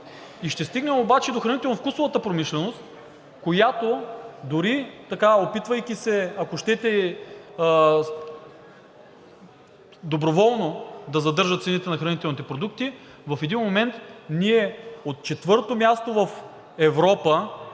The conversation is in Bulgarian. И ще стигнем обаче до хранително-вкусовата промишленост, която дори опитвайки се, ако щете, доброволно да задържа цените на хранителните продукти, в един момент ние от четвърто място в Европа,